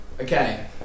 Okay